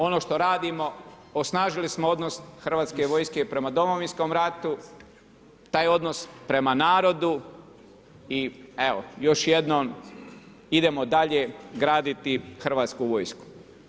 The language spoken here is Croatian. Ono što radimo, osnažili smo odnos hrvatske vojske prema Domovinskom ratu, taj odnos prema narodu i evo, još jednom ,idemo dalje graditi hrvatsku vojsku.